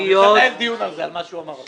ננהל דיון על מה שהוא אמר עכשיו.